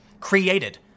created